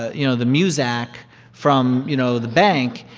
ah you know, the muzak from, you know, the bank.